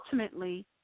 ultimately